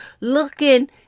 Looking